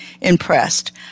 impressed